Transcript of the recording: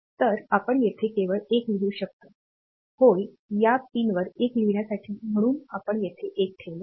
तर आपण येथे केवळ 1 लिहू शकतो होय या पिनवर 1 लिहिण्यासाठी म्हणून आपण येथे 1 ठेवले आहे